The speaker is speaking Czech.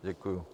Děkuju.